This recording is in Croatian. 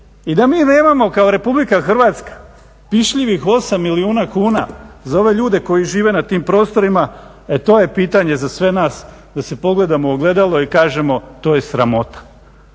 I da mi nemamo kao Republika Hrvatska pišljivih 8 milijuna kuna za ove ljude koji žive na tim prostorima, e to je pitanje za sve nas da se pogledamo u ogledalo i kažemo to je sramota.